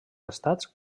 estats